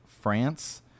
France